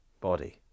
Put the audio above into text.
body